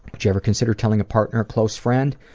would you ever consider telling a partner or close friend?